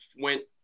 went